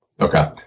Okay